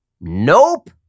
Nope